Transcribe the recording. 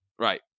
Right